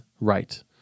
right